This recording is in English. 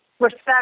respect